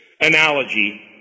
analogy